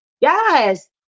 Yes